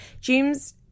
James